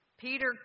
Peter